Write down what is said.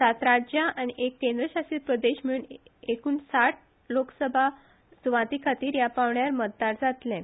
सात राज्यां आनी एक केंद्र शासित प्रदेश मेळुन एकुण साठ लोकसभा सुवातींखातीर ह्या पांवड्यार मतदान जातलें